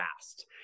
fast